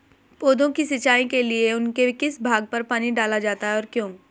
पौधों की सिंचाई के लिए उनके किस भाग पर पानी डाला जाता है और क्यों?